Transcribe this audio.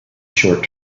short